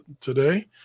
today